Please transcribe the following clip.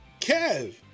Kev